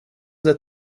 det